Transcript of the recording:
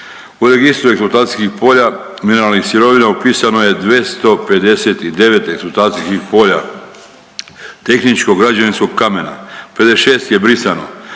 U registru eksploatacijskih polja mineralnih sirovina upisano je 259 eksploatacijskih polja tehničko-građevinskog kamena, 56 je brisano.